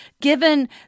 given